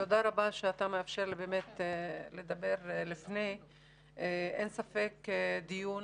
תודה, אדוני היושב-ראש, אין ספק שזה דיון